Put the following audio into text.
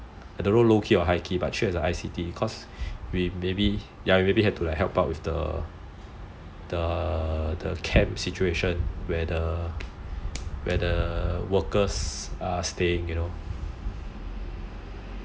I don't know low key or high key but treat it as an I_C_T cause we maybe have to help out with the camp situation where the workers are staying you know